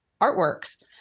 artworks